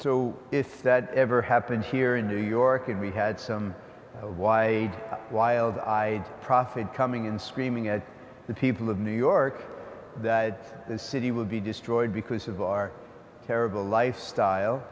so if that ever happened here in new york and we had some why wild eyed prophet coming and screaming at the people of new york that the city would be destroyed because of our terrible lifestyle